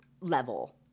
level